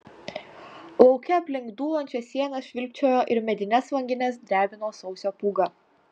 lauke aplink dūlančias sienas švilpčiojo ir medines langines drebino sausio pūga